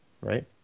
right